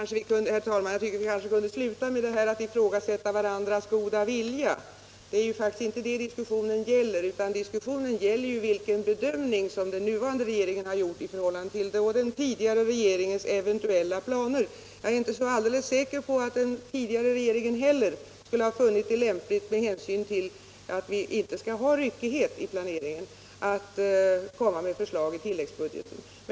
Herr talman! Jag tycker kanske att vi kunde sluta med att ifrågasätta varandras goda vilja. Det är ju faktiskt inte detta diskussionen gäller, utan vilken bedömning den nuvarande regeringen har gjort i förhållande till den tidigare regeringens eventuella planer. Jag är inte så alldeles säker på att den tidigare regeringen heller skulle ha funnit det lämpligt, med hänsyn till att vi inte skall ha ryckighet i planeringen, att komma med förslag i tilläggsbudgeten.